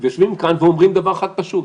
אומר יושבים כאן ואומרים דבר אחד פשוט.